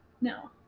No